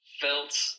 felt